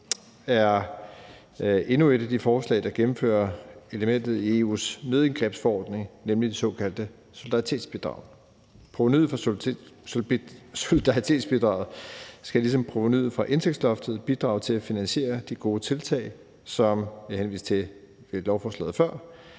er endnu et af de forslag, der gennemfører elementet i EU's nødindgrebsforordning, nemlig det såkaldte solidaritetsbidrag. Provenuet for solidaritetsbidraget skal ligesom provenuet for indtægtsloftet bidrage til at finansiere de gode tiltag, som jeg henviste til ved lovforslaget før,